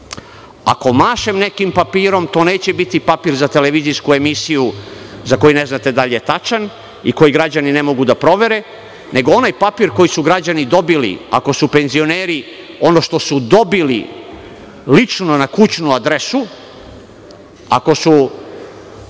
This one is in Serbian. mašem nekim papirom, to neće biti papir za televizijsku emisiju za koji ne znate da li je tačan i koji građani ne mogu da provere, nego onaj papir koji su građani dobili, ako su penzioneri, ono što su dobili lično na kućnu adresu, ako su